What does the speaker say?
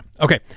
Okay